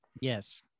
Yes